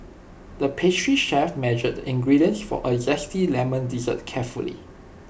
the pastry chef measured the ingredients for A Zesty Lemon Dessert carefully